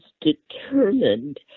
determined